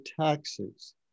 taxes